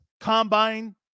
Combine